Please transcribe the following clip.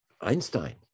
Einstein